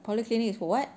polyclinic is for what